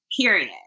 period